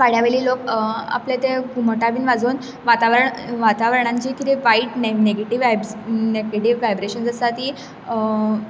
वाड्या वेयले लोक आपले ते घुमटां बीन वाजोवन वातावरण वातावरणांत जें कितें वायट नेगेटिव्ह वायब्ज नेगेटिव्ह वायब्रेशन्स आसा तीं सुदारतात